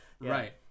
Right